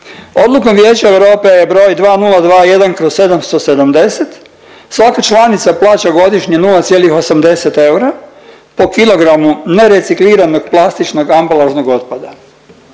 Odlukom Vijeća Europe br. 2021/770 svaka članica plaća godišnje 0,80 eura po kilogramu nerecikliranog plastičnog ambalažnog otpada